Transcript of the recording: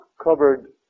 covered